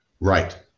Right